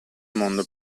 mondo